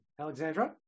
alexandra